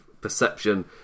perception